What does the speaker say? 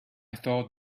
thought